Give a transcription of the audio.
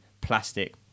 plastic